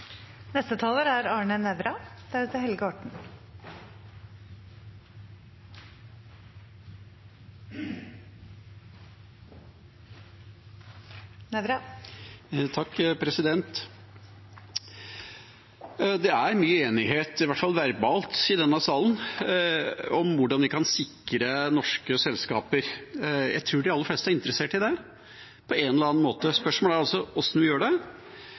Det er mye enighet – i hvert fall verbalt – i denne sal om hvordan vi kan sikre norske selskaper. Jeg tror de aller fleste er interessert i det på en eller annen måte. Spørsmålet er hvordan vi gjør det,